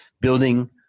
building